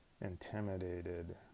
intimidated